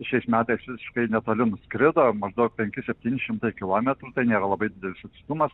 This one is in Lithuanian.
šiais metais visiškai netoli nuskrido maždaug penki septyni šimtai kilometrų tai nėra labai didelis atstumas